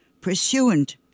Pursuant